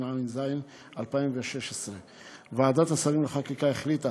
התשע"ז 2016. ועדת השרים לחקיקה החליטה